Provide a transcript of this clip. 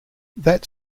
that